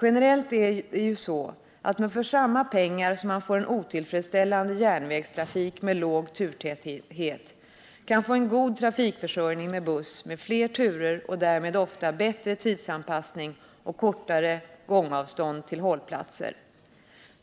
Generellt är det ju så, att man för samma pengar som man får en otillfredsställande järnvägstrafik med låg turtäthet kan få en god trafikförsörjning med buss med fler turer och därmed ofta bättre tidsanpassning och kortare gångavstånd till hållplatser.